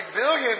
billion